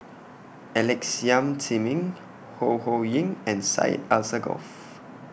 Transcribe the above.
Alex Yam Ziming Ho Ho Ying and Syed Alsagoff